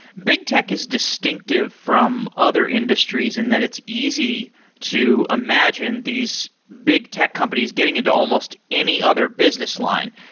big tech is distinctive from other industries and that it's easy to imagine these big tech companies getting into almost any other business line,